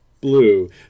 blue